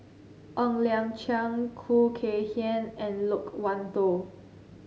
Ng Liang Chiang Khoo Kay Hian and Loke Wan Tho